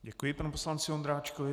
Děkuji panu poslanci Ondráčkovi.